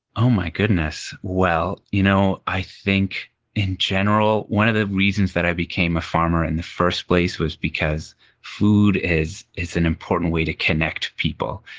oh, my goodness. well, you know, i think in general, one of the reasons that i became a farmer in the first place was because food is it's an important way to connect people.